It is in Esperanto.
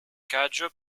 kaĝo